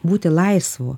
būti laisvu